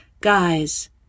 guys